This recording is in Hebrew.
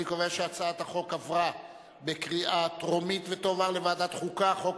ההצעה להעביר את הצעת חוק הכשרות